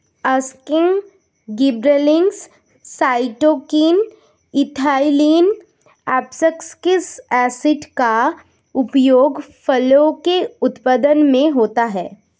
auxin, gibberellins, cytokinin, ethylene, abscisic acid का उपयोग फलों के उत्पादन में होता है